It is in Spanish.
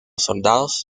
soldados